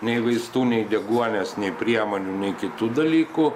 nei vaistų nei deguonies nei priemonių nei kitų dalykų